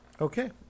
Okay